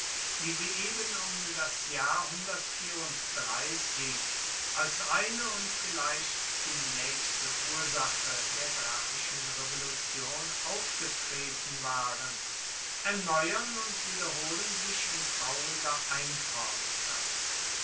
wie sie eben um das jahr als eine und vielleicht die nächste ursache der gracchischen revolution aufgetreten waren erneuern und wiederholen sich in trauriger